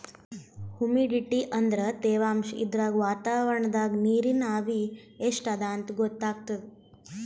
humidity ಅಂದ್ರ ತೆವಾಂಶ್ ಇದ್ರಾಗ್ ವಾತಾವರಣ್ದಾಗ್ ನೀರಿನ್ ಆವಿ ಎಷ್ಟ್ ಅದಾಂತ್ ಗೊತ್ತಾಗ್ತದ್